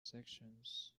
sections